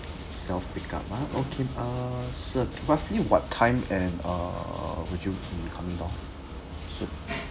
self pick up ah okay uh sir roughly what time and uh would you be coming down soon